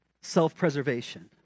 self-preservation